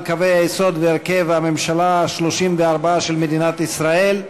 קווי היסוד והרכב הממשלה ה-34 של מדינת ישראל.